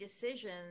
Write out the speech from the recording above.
decisions